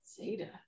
zeta